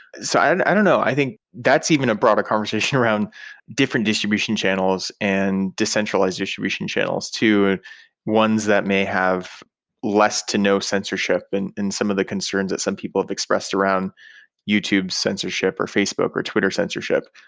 so, i and i don't know. i think that's even a broader conversation around different distribution channels and decentralized distribution channels to ones that may have less to know censorship and some of the concerns that some people have expressed around youtube censorship, or facebook, or twitter censorship.